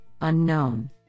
Unknown